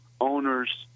owners